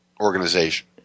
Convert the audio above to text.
organization